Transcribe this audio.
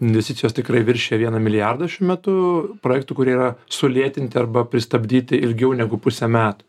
investicijos tikrai viršija vieną milijardą šiuo metu projektų kurie yra sulėtinti arba pristabdyti ilgiau negu pusę metų